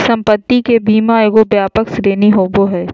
संपत्ति के बीमा एगो व्यापक श्रेणी होबो हइ